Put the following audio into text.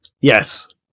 Yes